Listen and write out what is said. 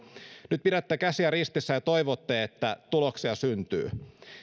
nyt pidätte käsiä ristissä ja toivotte että tuloksia syntyy